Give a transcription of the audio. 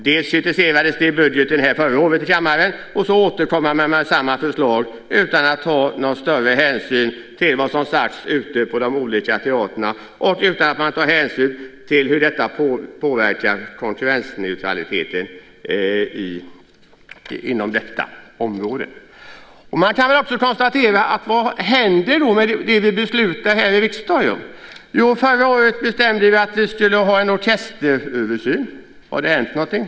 Det kritiserades vid budgetbehandlingen här i kammaren förra året, och sedan återkommer man med samma förslag utan att ta någon större hänsyn till vad som sagts ute på de olika teatrarna och utan att ta någon hänsyn till hur detta påverkar konkurrensneutraliteten inom detta område. Vad händer med det som vi beslutar om här i riksdagen? Förra året bestämde vi att det skulle ske en orkesteröversyn. Har det hänt någonting?